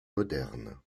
moderne